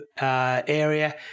area